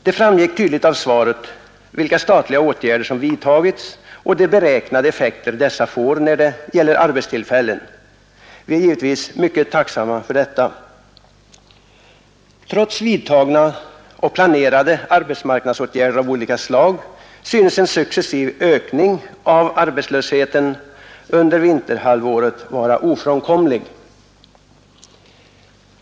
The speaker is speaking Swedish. Det framgick tydligt av svaret vilka statliga åtgärder som vidtagits och vilka effekter dessa beräknas få när det gäller arbetstillfällen. Vi är givetvis mycket tacksamma för detta. Trots vidtagna och planerade arbetsmarknadsåtgärder av olika slag synes en successiv ökning av arbetslösheten under vinterhalvåret vara ofrånkomlig.